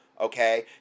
Okay